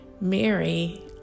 Mary